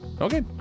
Okay